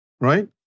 Right